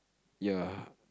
ya